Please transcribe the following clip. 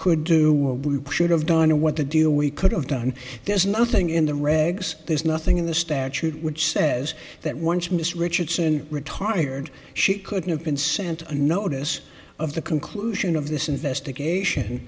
could do what we should've gone to what the deal we could've done there's nothing in the regs there's nothing in the statute which says that once mr richardson retired she couldn't have been sent a notice of the conclusion of this investigation